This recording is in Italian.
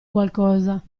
qualcosa